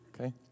okay